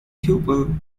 pupil